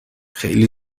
خیلی